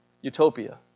Utopia